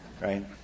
Right